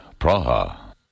Praha